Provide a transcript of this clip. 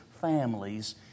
families